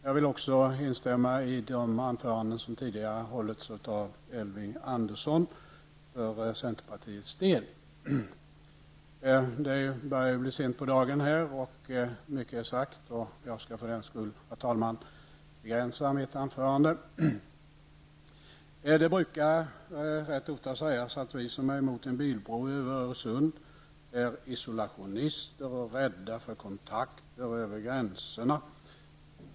Jag vill också instämma i det anförande som tidigare har hållits av Elving Andersson för centerns del. Det börjar bli sent på dagen. Mycket är sagt och jag skall för den skull begränsa mitt anförande. Det brukar rätt ofta sägas att vi som är emot en bilbro över Öresund är isolationister och rädda för kontakter över gränserna.